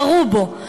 ירו בו.